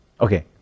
Okay